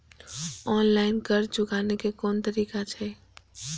Online कर्ज चुकाने के कोन तरीका छै?